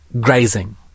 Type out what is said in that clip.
grazing